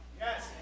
Yes